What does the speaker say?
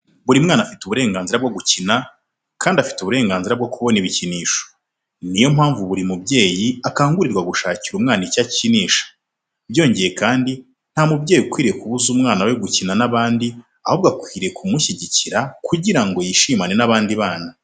Buri mwana afite uburenganzira bwo gukina, kandi afite uburenganzira bwo kubona ibikinisho. Ni yo mpamvu buri mubyeyi akangurirwa gushakira umwana icyo akinisha. Byongeye kandi, nta mubyeyi ukwiriye kubuza umwana we gukina n'abandi, ahubwo akwiriye kumushyigikira kugira ngo yishimane n'abandi bana.